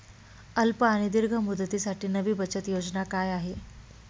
अल्प आणि दीर्घ मुदतीसाठी नवी बचत योजना काय आहे?